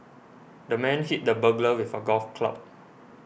the man hit the burglar with a golf club